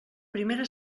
primera